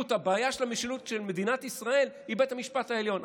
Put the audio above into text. הבעיה של המשילות של מדינת ישראל היא בית המשפט העליון.